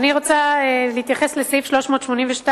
אני רוצה להתייחס לסעיף 382,